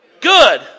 Good